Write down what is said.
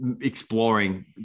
exploring